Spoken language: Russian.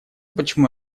почему